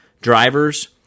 drivers